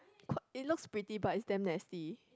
qu~ it looks pretty but it's damn nasty